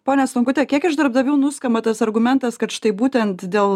ponia stonkute kiek iš darbdavių nuskamba tas argumentas kad štai būtent dėl